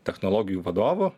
technologijų vadovu